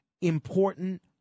important